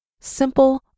Simple